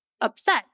upset